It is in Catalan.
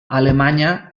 alemanya